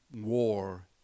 war